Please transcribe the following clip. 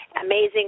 amazing